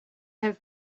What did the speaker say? have